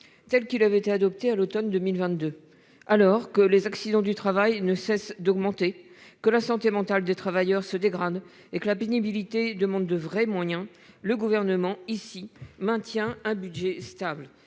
tel qu'il avait été adopté à l'automne 2022. Alors que les accidents du travail ne cessent d'augmenter, que la santé mentale des travailleurs se dégrade et que la pénibilité demande de vrais moyens, le Gouvernement maintient un budget stable.